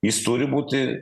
jis turi būti